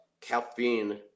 caffeine